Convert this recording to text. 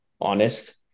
honest